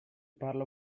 parla